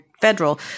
federal